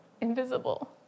invisible